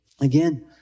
again